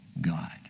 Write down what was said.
god